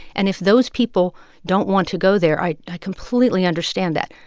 and if those people don't want to go there, i completely understand that.